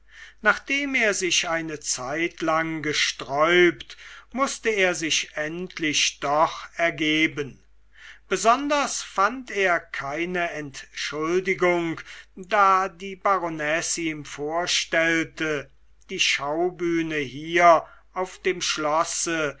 nachdem er sich eine zeitlang gesträubt mußte er sich endlich doch ergeben besonders fand er keine entschuldigung da die baronesse ihm vorstellte die schaubühne hier auf dem schlosse